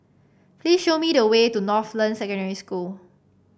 please show me the way to Northland Secondary School